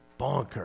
bonkers